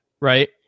right